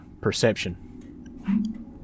perception